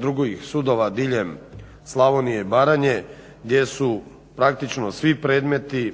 drugih sudova diljem Slavonije i Baranje gdje su praktično svi predmeti